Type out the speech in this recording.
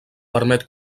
permet